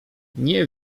nie